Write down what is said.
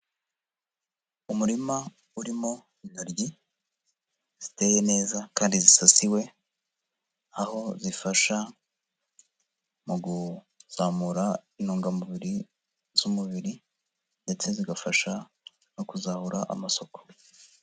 Umurima urimo intoryi ziteye neza kandi zisasiwe, aho zifasha mu kuzamura intungamubiri z'umubiri ndetse zigafasha no kuzahura amasoko.